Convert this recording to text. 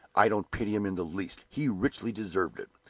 i don't pity him in the least he richly deserved it.